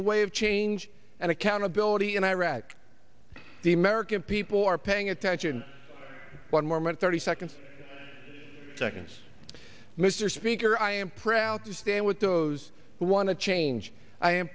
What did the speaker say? the way of change and accountability in iraq the american people are paying attention one moment thirty second seconds mr speaker i am proud to stand with those who want to change i am